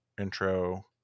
intro